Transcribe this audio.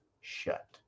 shut